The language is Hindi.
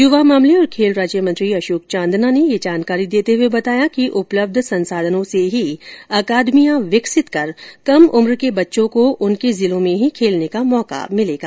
युवा मामले और खेल राज्य मंत्री अशोक चांदना ने ये जानकारी देते हुए बताया कि उपलब्ध संसाधनों से ही अकादमियां विकसित कर कम उम्र के बच्चों को उनके जिलों में ही खेलने का मौका मिलेगा